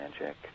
magic